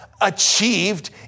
achieved